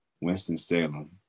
Winston-Salem